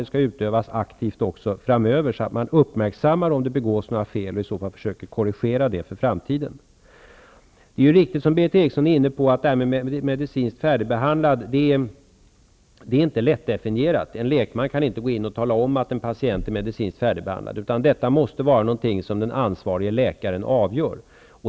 Det skall utövas aktivt även framöver, så att man uppmärksammar om det begås några fel och försöker korrigera dessa för framtiden. Det är riktigt, vilket Berith Eriksson var inne på, att ''medicinskt färdigbehandlad'' inte är ett lättdefinierat begrepp. En lekman kan inte gå in och tala om att en patient är medicinskt färdigbehandlad. Detta måste vara något som den ansvarige läkaren avgör.